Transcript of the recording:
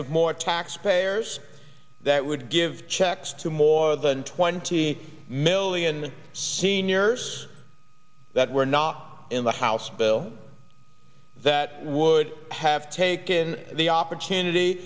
of more taxpayers that would give checks to more than twenty million seniors that were not in the house bill that would have taken the opportunity